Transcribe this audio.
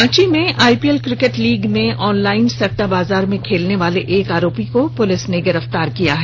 रांची में IPL cricket league में online सट्टाबाजार में खेलनेवाले एक आरोपी को पुलिस ने गिरफ्तार किया है